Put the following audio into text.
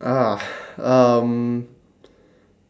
ah um